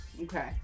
Okay